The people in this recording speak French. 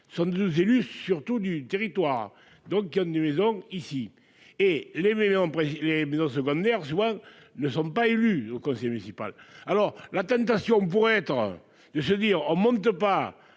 sont 12 élus surtout du territoire donc qu'il y a des maisons ici et les mêmes. Les maisons secondaires, soit ne sont pas élus au conseil municipal. Alors la tentation pourrait être, je veux dire on monte pas